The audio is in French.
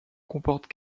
comporte